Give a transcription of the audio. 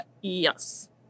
yes